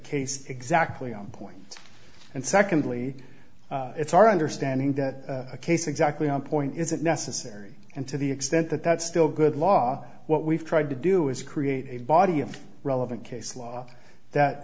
case exactly on point and secondly it's our understanding that a case exactly on point is it necessary and to the extent that that's still good law what we've tried to do is create a body of relevant case law